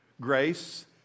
Grace